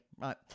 right